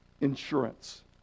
insurance